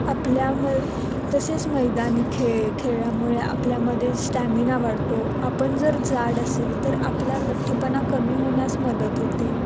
आपल्या मै तसेच मैदानी खेळ खेळल्यामुळे आपल्यामध्ये स्टॅमिना वाढतो आपण जर जाड असेल तर आपला लठ्ठपणा कमी होण्यास मदत होते